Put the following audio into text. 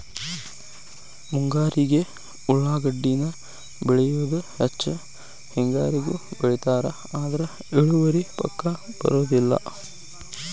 ಮುಂಗಾರಿಗೆ ಉಳಾಗಡ್ಡಿನ ಬೆಳಿಯುದ ಹೆಚ್ಚ ಹೆಂಗಾರಿಗೂ ಬೆಳಿತಾರ ಆದ್ರ ಇಳುವರಿ ಪಕ್ಕಾ ಬರುದಿಲ್ಲ